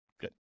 Good